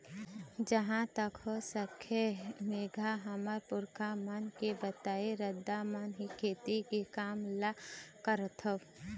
जिहाँ तक हो सकय मेंहा हमर पुरखा मन के बताए रद्दा म ही खेती के काम ल करथँव